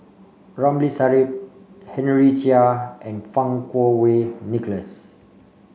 Ramli Sarip Henry Chia and Fang Kuo Wei Nicholas